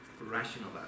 rational